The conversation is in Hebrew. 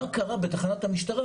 מה קרה בתחנת המשטרה?